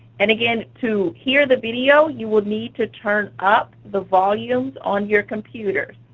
and again, to hear the video, you will need to turn up the volume on your computers.